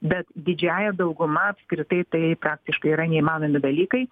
bet didžiąja dauguma apskritai tai praktiškai yra neįmanomi dalykai